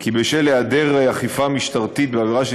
כי בשל היעדר אכיפה משטרתית בעבירה של